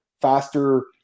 faster